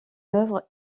œuvre